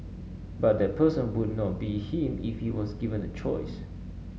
but that person would not be him if he was given a choice